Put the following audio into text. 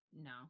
no